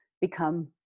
become